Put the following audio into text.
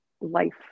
life